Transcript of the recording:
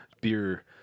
Beer